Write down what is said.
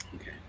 Okay